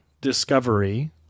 Discovery